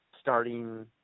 starting